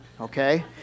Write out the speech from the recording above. okay